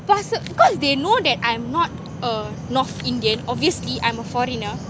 plus because they know that I'm not a north indian obviously I'm a foreigner